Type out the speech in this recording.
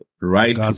Right